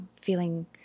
feeling